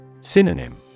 Synonym